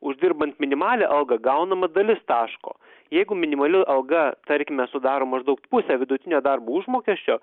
uždirbant minimalią algą gaunama dalis taško jeigu minimali alga tarkime sudaro maždaug pusę vidutinio darbo užmokesčio